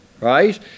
Right